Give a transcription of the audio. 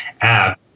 app